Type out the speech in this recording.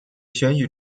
选举